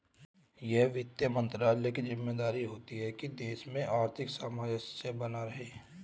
यह वित्त मंत्रालय की ज़िम्मेदारी होती है की देश में आर्थिक सामंजस्य बना रहे